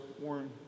Warren